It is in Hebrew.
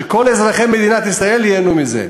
שכל אזרחי מדינת ישראל ייהנו מזה,